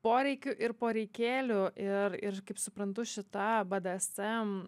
poreikių ir poreikėlių ir ir kaip suprantu šita bdsm